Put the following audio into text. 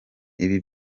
ibi